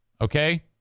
okay